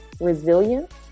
resilience